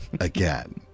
again